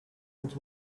and